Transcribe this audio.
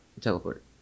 teleport